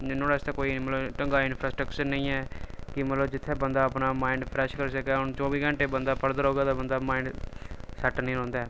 निं नुहाड़े आस्तै कोई मतलब ढंगै दा इंफ्रास्ट्रक्चर नेईं ऐ कि मतलब जित्थै बंदा अपना माइंड फ्रैश करी सकै हुन चौह्बी घैंटे बंदा पढ़दा र'वै तां बंदे दा माइंड सैट्ट निं रौंह्दा ऐ